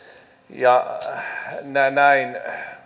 ja näin